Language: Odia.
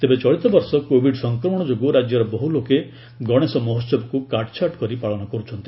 ତେବେ ଚଳିତ ବର୍ଷ କୋଭିଡ୍ ସଂକ୍ରମଣ ଯୋଗୁଁ ରାଜ୍ୟର ବହୁ ଲୋକ ଗଣେଶ ମହୋହବକୁ କାଟ୍ଛାଣ୍ଟ କରି ପାଳନ କରୁଛନ୍ତି